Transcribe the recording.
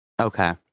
okay